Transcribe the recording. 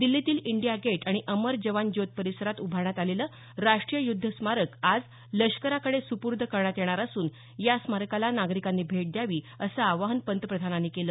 दिल्लीतील India Gate आणि अमर जवान ज्योत परिसरात उभारण्यात आलेलं राष्ट्रीय युद्ध स्मारक आज लष्कराकडे सुपूर्द करण्यात येणार असून या स्मारकाला नागरिकांनी भेट द्यावी असं आवाहन पंतप्रधानांनी केलं